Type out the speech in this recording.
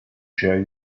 share